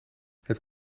het